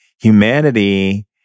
humanity